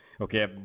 okay